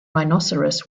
rhinoceros